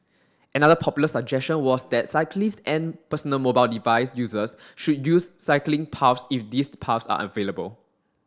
another popular suggestion was that cyclists and personal mobile device users should use cycling paths if these paths are available